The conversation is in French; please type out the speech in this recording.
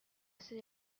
cela